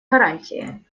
гарантии